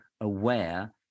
aware